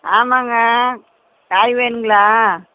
ஆமாம்ங்க காய் வேணுங்களா